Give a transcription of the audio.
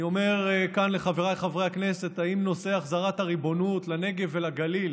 אני אומר כאן לחבריי חברי הכנסת: האם נושא החזרת הריבונות לנגב ולגליל